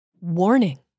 Warning